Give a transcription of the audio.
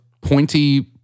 pointy